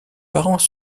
parents